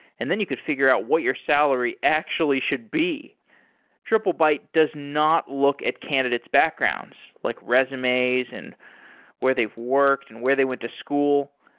and then you could figure out what your salary actually should be triplebyte does not look at candidates' backgrounds, like resumes and where they've worked and where they went to school.